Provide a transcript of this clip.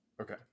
Okay